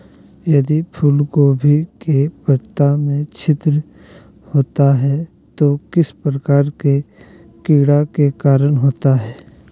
यदि फूलगोभी के पत्ता में छिद्र होता है तो किस प्रकार के कीड़ा के कारण होता है?